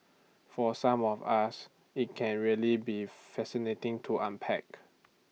for some of us IT can really be fascinating to unpack